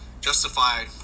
justify